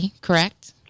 correct